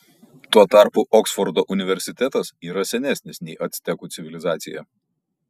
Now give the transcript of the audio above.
tuo tarpu oksfordo universitetas yra senesnis nei actekų civilizacija